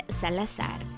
Salazar